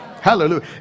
Hallelujah